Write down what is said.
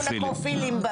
קראו לנו נקרופילים.